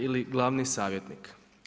Ili glavni savjetnik.